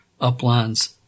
uplines